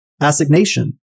assignation